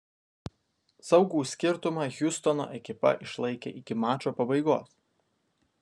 saugų skirtumą hjustono ekipa išlaikė iki mačo pabaigos